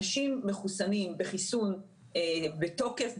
אנשים מחוסנים בחיסון בתוקף,